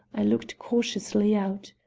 i looked cautiously out.